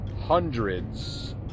hundreds